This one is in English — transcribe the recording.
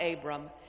Abram